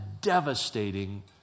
devastating